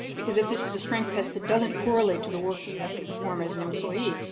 because if this is a strength test that doesn't correlate to the work that you have to perform as an employee,